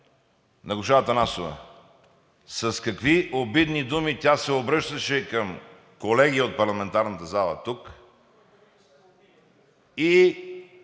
госпожа Атанасова, с какви обидни думи тя се обръщаше към колеги от парламентарната зала тук.